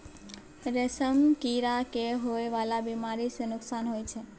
रेशम कीड़ा के होए वाला बेमारी सँ नुकसान होइ छै